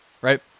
right